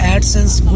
AdSense